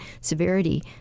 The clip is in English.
severity